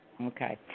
Okay